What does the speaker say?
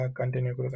continue